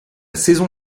saison